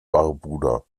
barbuda